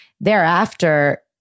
thereafter